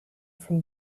from